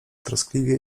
troskliwie